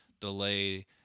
delay